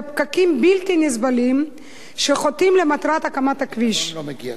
בפקקים בלתי נסבלים שחוטאים למטרת הקמת הכביש.